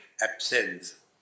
absence